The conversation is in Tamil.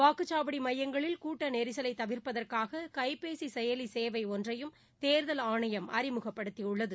வாக்குச்சாவடி மையங்களில் கூட்ட நெரிசலை தவிா்ப்பதற்காக கைபேசி செயலி சேவை ஒன்றையும் தேர்தல் ஆணையம் அறிமுகப்படுத்தியுள்ளது